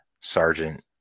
Sergeant